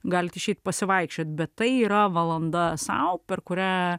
galit išeit pasivaikščiot bet tai yra valanda sau per kurią